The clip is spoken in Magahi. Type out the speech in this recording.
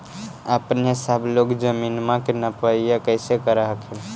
अपने सब लोग जमीनमा के नपीया कैसे करब हखिन?